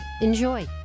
Enjoy